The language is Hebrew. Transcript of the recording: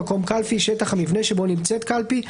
"מקום קלפי" שטח המבנה שבו נמצאת קלפי,